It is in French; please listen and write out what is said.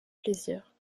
plaisir